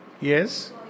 Yes